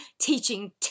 teaching